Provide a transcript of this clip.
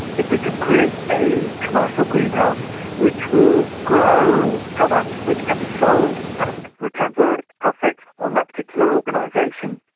if we can create a commercial greenhouse which will grow product which can be sold and returns a profit on that particular organisation,